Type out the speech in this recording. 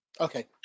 Okay